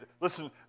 listen